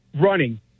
running